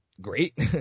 great